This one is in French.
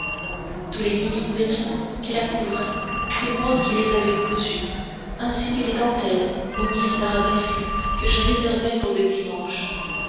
tous les mignons vêtements qui la couvraient c'est moi qui les avais cousus ainsi que les dentelles aux mille arabesques que je réservais pour le dimanche